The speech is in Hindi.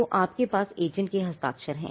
तो आपके पास एजेंट के हस्ताक्षर हैं